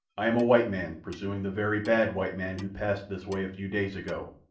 i am a white man pursuing the very bad white man who passed this way a few days ago.